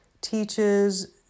teaches